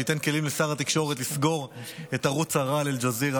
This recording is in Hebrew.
שייתן כלים לשר התקשורת לסגור את ערוץ הרעל אל-ג'זירה,